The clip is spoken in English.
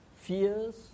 fears